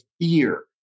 fear